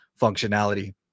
functionality